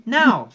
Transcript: now